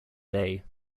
day